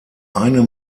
einem